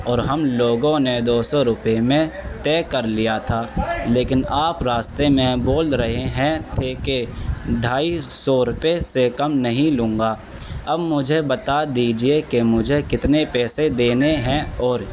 اور ہم لوگوں نے دو سو روپیے میں طے کر لیا تھا لیکن آپ راستے میں بول رہے ہیں تھے کہ ڈھائی سو روپیے سے کم نہیں لوں گا اب مجھے بتا دیجیے کہ مجھے کتنے پیسے دینے ہیں اور